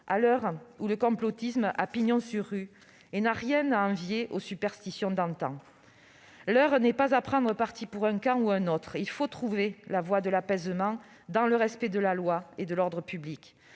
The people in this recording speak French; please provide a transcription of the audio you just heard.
à l'heure où le complotisme a pignon sur rue et n'a rien à envier aux superstitions d'antan. L'heure n'est pas à prendre parti pour un camp ou un autre : il faut trouver la voie de l'apaisement, dans le respect de la loi et de l'ordre public.